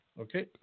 Okay